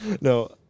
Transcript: No